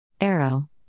Arrow